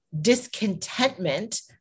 discontentment